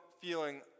feeling